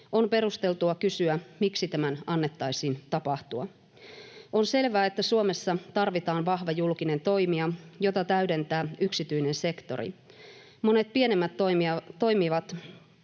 On perusteltua kysyä, miksi tämän annettaisiin tapahtua. On selvää, että Suomessa tarvitaan vahva julkinen toimija, jota täydentää yksityinen sektori. Monet pienemmät toimijat